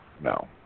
No